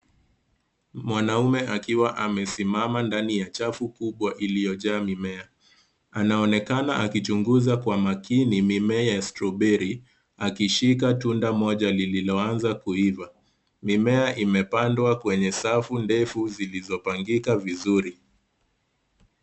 Mwanaume akiwa amesimama ndani ya chafu kubwa iliojaa mimea anaonekana akichunguza kwa makini mimea ya strawberry akishika tunda moja lililoanza kuiva mimea imepandwa kwenye safu ndefu zilizopangika vizuri.